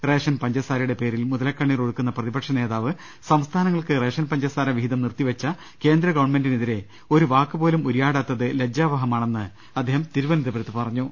ration പഞ്ചസാരയുടെ പേരിൽ മുതലക്ക ണ്ണീർ ഒഴുക്കുന്ന പ്രതിപക്ഷമനേതാവ് സംസ്ഥാനങ്ങൾക്ക് റേഷൻ പഞ്ച സാര വിഹിതം നിർത്തി വെച്ചു കേന്ദ്ര ഗവൺമെന്റിനെതിരെ ഒരു വാക്കുപോലും ഉരിയാടാത്തത് ലജ്ജാവഹമാണെന്ന് അദ്ദേഹം തിരുവനന്തപുരത്ത് പറഞ്ഞു